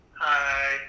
Hi